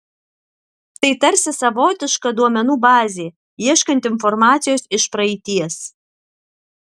tai tarsi savotiška duomenų bazė ieškant informacijos iš praeities